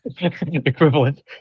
equivalent